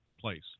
place